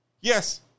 Yes